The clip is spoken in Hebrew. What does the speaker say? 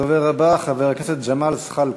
הדובר הבא, חבר הכנסת ג'מאל זחאלקה,